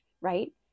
right